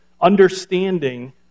understanding